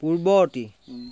পূৰ্বৱৰ্তী